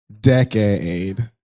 decade